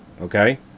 okay